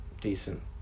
decent